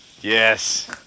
Yes